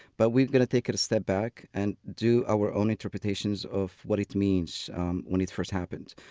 but we're going take it a step back and do our own interpretations of what it means when it first happened.